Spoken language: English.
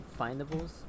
findables